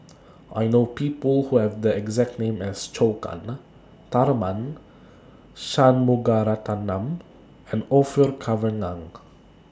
I know People Who Have The exact name as Zhou Can Tharman Shanmugaratnam and Orfeur Cavenagh